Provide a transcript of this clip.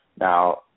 Now